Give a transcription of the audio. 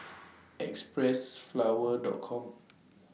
Xpressflower Dot Com